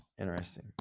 Interesting